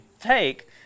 take